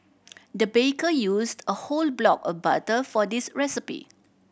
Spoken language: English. the baker used a whole block of butter for this recipe